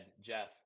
Jeff